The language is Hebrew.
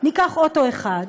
ניקח אוטו אחד,